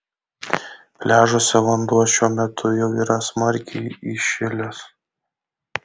pliažuose vanduo šiuo metu jau yra smarkiai įšilęs